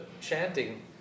chanting